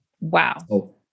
Wow